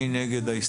מי נגד?